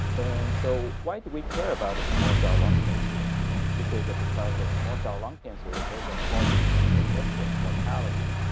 and so why do we care about small cell lung cancer? and this is ah because small cell lung cancer is ah causing a significant and mortality